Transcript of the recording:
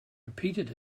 repeated